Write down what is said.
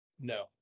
No